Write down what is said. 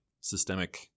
systemic